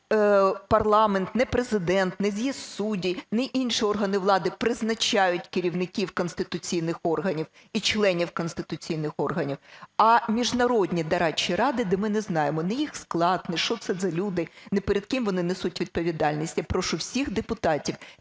не парламент, не Президент, не з'їзд суддів, не інші органи влади призначають керівників конституційних органів і членів конституційних органів, а міжнародні дорадчі ради, де ми не знаємо ні їх склад, ні що це за люди, ні перед ким вони несуть відповідальність. Я прошу всіх депутатів